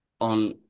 on